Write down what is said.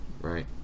right